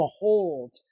behold